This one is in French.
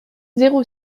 zéro